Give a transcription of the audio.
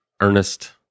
Ernest